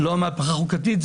לא מהפכה חוקתית.